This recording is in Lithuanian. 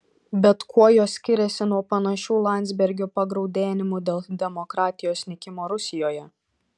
bet kuo jos skiriasi nuo panašių landsbergio pagraudenimų dėl demokratijos nykimo rusijoje